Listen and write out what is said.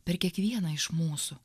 per kiekvieną iš mūsų